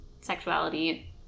sexuality